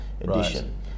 edition